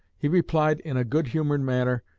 he replied in a good-humored manner,